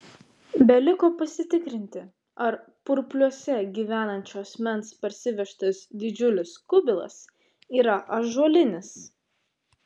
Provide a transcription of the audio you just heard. beliko pasitikrinti ar purpliuose gyvenančio asmens parsivežtas didžiulis kubilas yra ąžuolinis